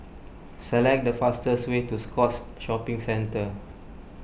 select the fastest way to Scotts Shopping Centre